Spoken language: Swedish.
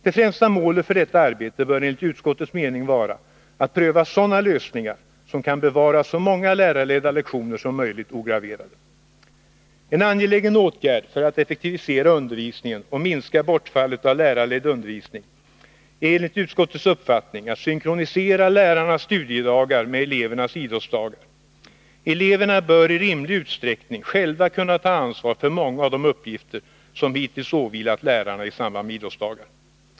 Det främsta målet för detta arbete bör enligt utskottets mening vara att pröva sådana lösningar som kan bevara så många lärarledda lektioner som möjligt ograverade. En angelägen åtgärd för att effektivisera undervisningen och minska bortfallet av lärarledd undervisning är enligt utskottets uppfattning av synkronisera lärarnas studiedagar med elevernas idrottsdagar. Eleverna bör i rimlig utsträckning själva kunna ta ansvar för många av de uppgifter som hittills åvilat lärarna i samband med idrottsdagar.